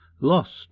Lost